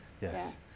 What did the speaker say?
Yes